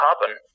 happen